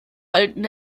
alten